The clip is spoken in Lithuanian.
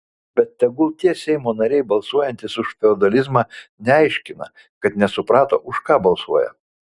bet tegul tie seimo nariai balsuojantys už feodalizmą neaiškina kad nesuprato už ką balsuoja